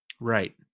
Right